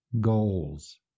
goals